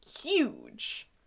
huge